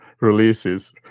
releases